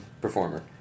performer